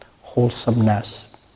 wholesomeness